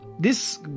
This